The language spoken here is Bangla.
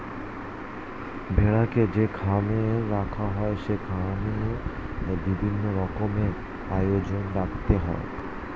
ভেড়াকে যে খামারে রাখা হয় সেখানে বিভিন্ন রকমের আয়োজন রাখতে হয়